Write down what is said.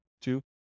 Two